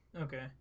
Okay